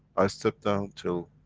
i step down till,